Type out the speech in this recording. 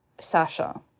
Sasha